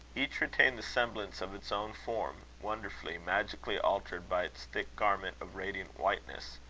each retained the semblance of its own form, wonderfully, magically altered by its thick garment of radiant whiteness,